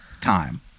time